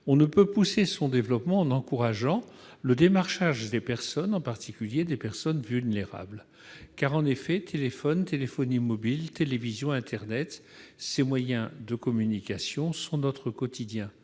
on ne peut pousser son développement en encourageant le démarchage des personnes, en particulier des personnes vulnérables. Téléphone, téléphonie mobile, télévision, internet, tous ces moyens de communication ont envahi notre quotidien.